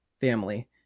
family